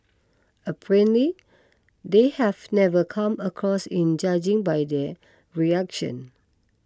apparently they have never come across in judging by their reaction